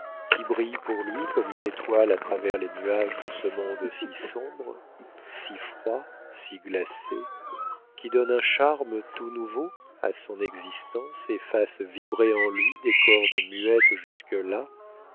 qui brille pour lui comme une étoile à travers les nuages de ce monde si sombre si froid si glacé qui donne un charme tout nouveau à son existence et fasse vibrer en lui des cordes muettes jusque-là